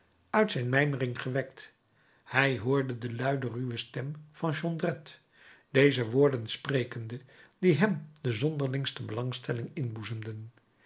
uit zijn mijmering gewekt hij hoorde de luide ruwe stem van jondrette deze woorden sprekende die hem de zonderlingste belangstelling